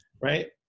Right